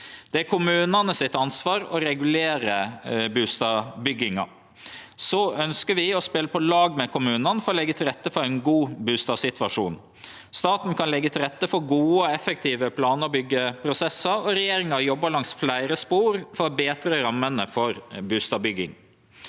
til kommunane å regulere bustadbygginga. Vi ønskjer å spele på lag med kommunane for å leggje til rette for ein god bustadsituasjon. Staten kan leggje til rette for gode og effektive plan- og byggjeprosessar, og regjeringa jobbar langs fleire spor for å betre rammene for bustadbygging.